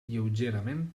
lleugerament